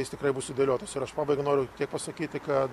jis tikrai bus sudėliotas ir aš pabaigai noriu tiek pasakyti kad